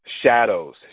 shadows